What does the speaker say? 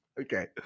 okay